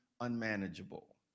unmanageable